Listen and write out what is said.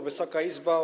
Wysoka Izbo!